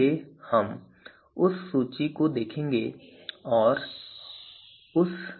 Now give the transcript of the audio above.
इसलिए हम उस सूची को देखेंगे और उस विकल्प की पहचान करेंगे जिसमें न्यूनतम Q मान है जिसे सर्वश्रेष्ठ रैंक माना जा सकता है